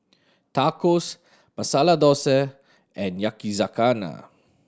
Tacos Masala Dosa and Yakizakana